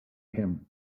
him